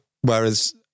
whereas